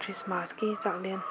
ꯈ꯭ꯔꯤꯁꯃꯥꯁꯀꯤ ꯆꯥꯛꯂꯦꯟ